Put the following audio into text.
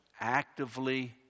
actively